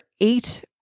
eight